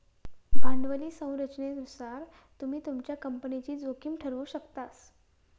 भांडवली संरचनेनुसार तुम्ही तुमच्या कंपनीची जोखीम ठरवु शकतास